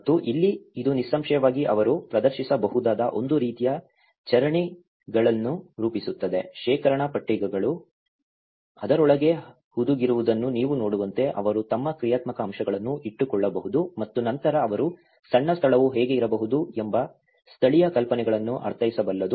ಮತ್ತು ಇಲ್ಲಿ ಇದು ನಿಸ್ಸಂಶಯವಾಗಿ ಅವರು ಪ್ರದರ್ಶಿಸಬಹುದಾದ ಒಂದು ರೀತಿಯ ಚರಣಿಗೆಗಳನ್ನು ರೂಪಿಸುತ್ತದೆ ಶೇಖರಣಾ ಪೆಟ್ಟಿಗೆಗಳು ಅದರೊಳಗೆ ಹುದುಗಿರುವುದನ್ನು ನೀವು ನೋಡುವಂತೆ ಅವರು ತಮ್ಮ ಕ್ರಿಯಾತ್ಮಕ ಅಂಶಗಳನ್ನು ಇಟ್ಟುಕೊಳ್ಳಬಹುದು ಮತ್ತು ನಂತರ ಅವರು ಸಣ್ಣ ಸ್ಥಳವು ಹೇಗೆ ಇರಬಹುದು ಎಂಬ ಸ್ಥಳೀಯ ಕಲ್ಪನೆಗಳನ್ನು ಅರ್ಥೈಸಬಲ್ಲದು